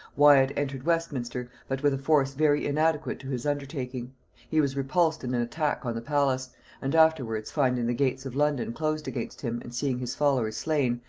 wyat entered westminster, but with a force very inadequate to his undertaking he was repulsed in an attack on the palace and afterwards, finding the gates of london closed against him and seeing his followers slain,